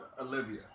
Olivia